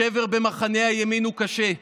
השבר במחנה הימין הוא קשה.